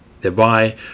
thereby